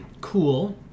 cool